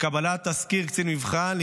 ובקבלת תסקיר קצין מבחן,